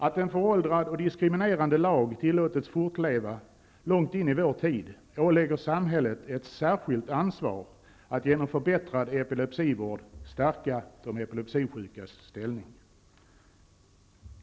Att en föråldrad och diskriminerande lag tillåtits fortleva långt in i vår tid ålägger samhället ett särskilt ansvar att genom förbättrad epilepsivård stärka de epilepsisjukas ställning.